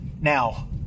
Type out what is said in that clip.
now